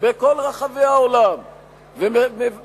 בכל רחבי העולם ומדברים,